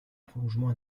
prolongement